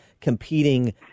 competing